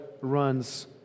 runs